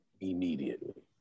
immediately